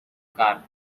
car